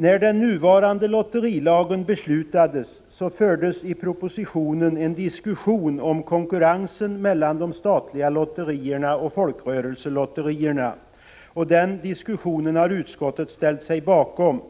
När beslut skulle fattas om den nuvarande lotterilagen fördes i propositionen en diskussion om konkurrensen mellan de statliga lotterierna och folkrörelselotterierna, och den diskussionen har utskottet ställt sig bakom.